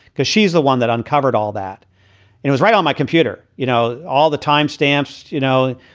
because she's the one that uncovered all that was right on my computer. you know, all the time stamps, you know,